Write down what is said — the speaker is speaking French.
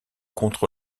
contre